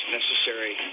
necessary